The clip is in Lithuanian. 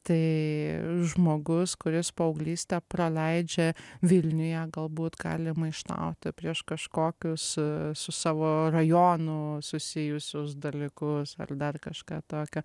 tai žmogus kuris paauglystę praleidžia vilniuje galbūt gali maištauti prieš kažkokius su savo rajonu susijusius dalykus ar dar kažką tokio